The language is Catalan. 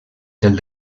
del